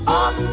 on